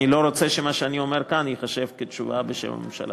אני לא רוצה שמה שאני אומר כאן ייחשב כתשובה בשם הממשלה.